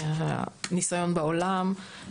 מהניסיון בעולם,